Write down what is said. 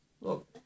Look